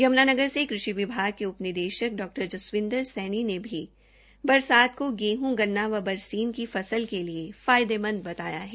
यमुनानगर से कृषि विभाग के उप निदेशक डॉ जसबिंदर सैनी ने भी बरसात को गेहं गन्ना व बरसीन की फस्ल के लिए फायदेमंद बताया है